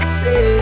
say